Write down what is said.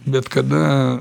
bet kada